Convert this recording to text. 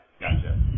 gotcha